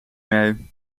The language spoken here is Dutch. mee